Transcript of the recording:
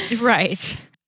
Right